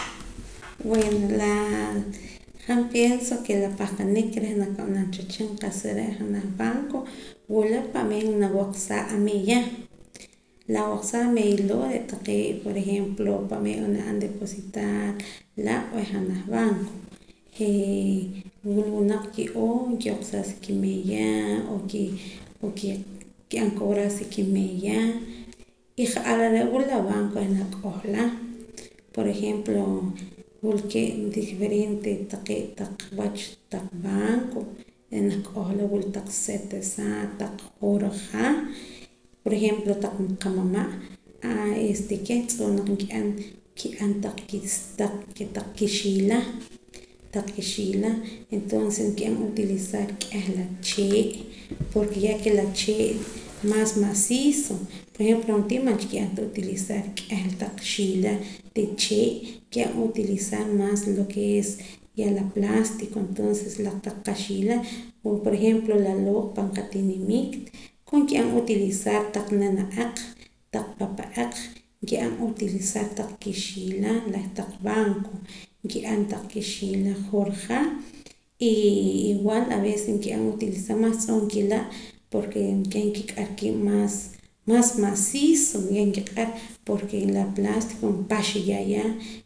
Bueno la han pienso ke la pahqanik ke naak ba'anam cha wehchin qa'sa re' janaj banco wula pa'meer nawaqsaa ameeya nawaqsaa ameeya loo' re' taqee' por ejemplo pa'meer n'oo nab'an depositar laa' b'eh janaj banco ke wula winaq ki'oo nkioqsaa sa kimeeya n'oo kib'an cobrar sa kimeeya y ja'ara are' wula la banco reh nak'ohla por ejemplo wulkee' diferentes taqee' taq wach banco reh nahk'ohla taq setesa taq juruja por ejemplo taq qamama' aa este kieh tz'oo' naq kila' nk'ian taq kixiiila entonces nki'an utilizar k'ieh la chee' porke ya ke la chee' maas maciso por ejemplo ro'na tii man chha nki'an ta utilizar k'ieh la taq xiila de chee' nki'an utilizar maas lo ke es la plástico entonces la taq qaxiila como por ejemplo laloo' pann qatinimiit ko nki'an utilizar taq nana'aq taq papa'aq nki'an utilizar taq kixiiila reh taq banco nki'an taq kixiila juruja igual avece nk'ian utilizar maas tz'oo' nkila' porke keh nkik'ar kiib' maas maciso keh nkiq'ar porke la plastico npaxa ya ya